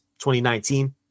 2019